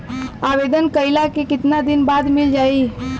आवेदन कइला के कितना दिन बाद मिल जाई?